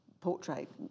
portrait